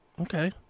okay